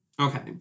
Okay